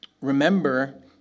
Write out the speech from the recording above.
remember